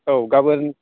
औ गाबोन